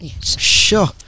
Sure